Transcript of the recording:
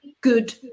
good